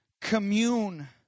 Commune